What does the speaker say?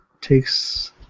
takes